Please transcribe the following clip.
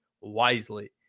wisely